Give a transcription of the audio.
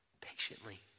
patiently